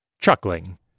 chuckling